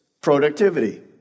productivity